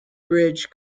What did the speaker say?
bridge